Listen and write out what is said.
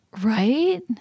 right